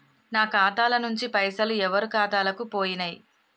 నా ఖాతా ల నుంచి పైసలు ఎవరు ఖాతాలకు పోయినయ్?